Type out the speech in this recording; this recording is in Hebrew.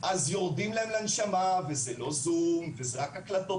יורדים להם לנשמה וזה לא זום וזה רק הקלטות